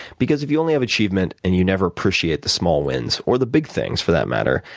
because if you only have achievement and you never appreciate the small wins, or the big things for that matter,